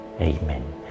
Amen